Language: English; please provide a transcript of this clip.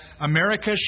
America